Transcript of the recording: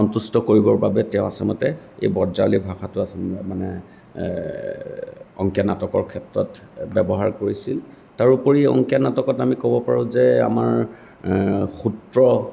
সন্তুষ্ট কৰিবৰ বাবে তেওঁ আচলতে এই ব্ৰজাৱলী ভাষাটো আচলতে মানে অংকীয়া নাটকৰ ক্ষেত্ৰত ব্যৱহাৰ কৰিছিল তাৰোপৰি অংকীয়া নাটকত আমি ক'ব পাৰোঁ যে আমাৰ সূত্ৰ